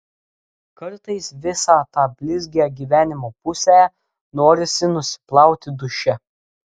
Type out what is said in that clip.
kartais visą tą blizgią gyvenimo pusę norisi nusiplauti duše